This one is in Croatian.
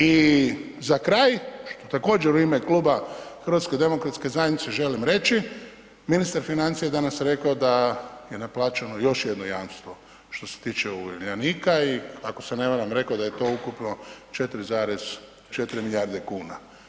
I za kraj, također u ime Kluba HDZ-a želim reći, ministar financija je danas rekao da je na plaćama još jedno jamstvo što se tiče Uljanika i ako se ne varam, rekao je da je to ukupno 4,4 milijarde kuna.